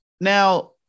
now